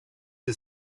die